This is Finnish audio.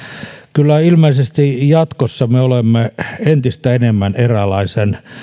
kyllä ilmeisesti jatkossa me olemme entistä enemmän eräänlaisen